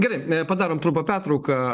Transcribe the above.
gerai padarom trumpą pertrauką